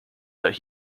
that